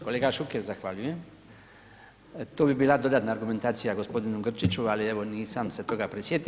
Kolega Šuker zahvaljujem, to bi bila dodatna argumentacija gospodinu Grčiću, ali evo nisam se toga prisjetio.